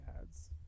ads